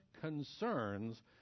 concerns